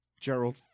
Gerald